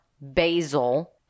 basil